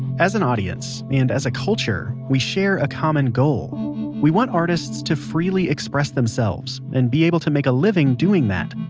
as an audience, and as a culture, we share a common goal we want artists to freely express themselves, and be able to male make a living doing that.